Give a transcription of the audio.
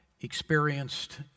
experienced